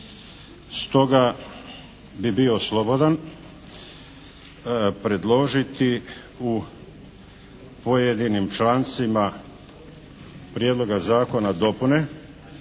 Stoga bi bio slobodan predložiti u pojedinim člancima Prijedloga zakona dopune